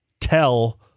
tell